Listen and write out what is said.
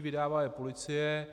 Vydává je policie.